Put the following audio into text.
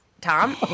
Tom